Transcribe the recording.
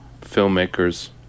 Filmmakers